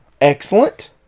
excellent